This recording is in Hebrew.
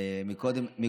לי